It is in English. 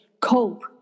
cope